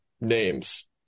names